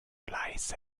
leise